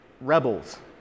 rebels